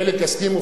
חלק יסכימו,